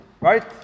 Right